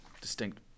distinct